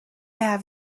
have